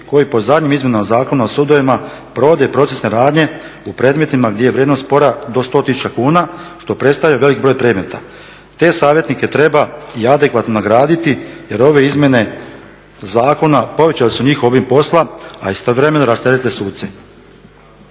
koji po zadnjim izmjenama Zakona o sudovima provode procesne radnje u predmetima gdje je vrijednost spora do 100 000 kuna, što predstavlja velik broj predmeta. Te savjetnike treba i adekvatno nagraditi jer ove izmjene zakona povećale su njihov obim posla, a istovremeno rasteretile suce.